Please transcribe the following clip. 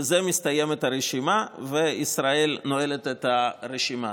בזה מסתיימת הרשימה, וישראל נועלת את הרשימה.